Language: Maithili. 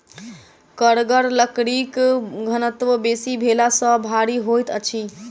कड़गर लकड़ीक घनत्व बेसी भेला सॅ भारी होइत अछि